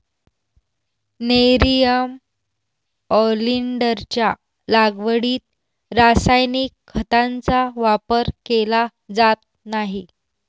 nerium ऑलिंडरच्या लागवडीत रासायनिक खतांचा वापर केला जात नाही